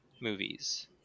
movies